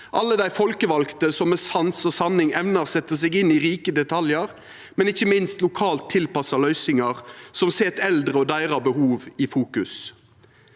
alle dei folkevalde som med sans og sanning evnar å setja seg inn i rike detaljar, ikkje minst lokalt tilpassa løysingar, og som set eldre og deira behov i fokus.